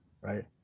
right